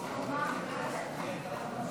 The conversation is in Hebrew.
נתקבל.